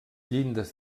llindes